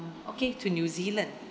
okay to new zealand